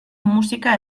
musika